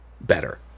better